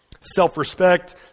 Self-Respect